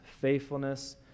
faithfulness